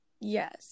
yes